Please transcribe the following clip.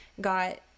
got